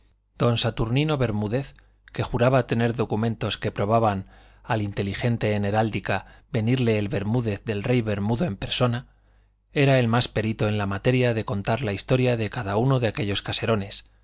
don saturnino bermúdez que juraba tener documentos que probaban al inteligente en heráldica venirle el bermúdez del rey bermudo en persona era el más perito en la materia de contar la historia de cada uno de aquellos caserones